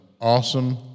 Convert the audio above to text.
awesome